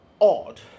odd